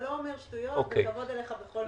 אתה לא אומר שטויות, הכבוד אליך בכל מקרה.